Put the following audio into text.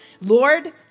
Lord